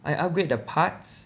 I upgrade the parts